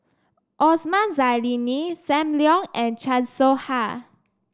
Osman Zailani Sam Leong and Chan Soh Ha